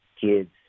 kids